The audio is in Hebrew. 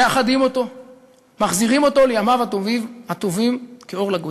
מאחדים אותו ומחזירים אותו לימיו הטובים כאור לגויים.